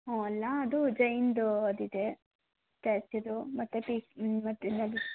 ಹ್ಞೂ ಅಲ್ಲಾ ಅದು ಜೈನ್ದು ಅದು ಇದೆ ಸ್ಟ್ಯಾಚುದು ಮತ್ತೆ ಪೀಕ್ ಮತ್ತೇ